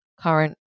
current